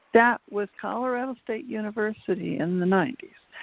that was colorado state university in the ninety s.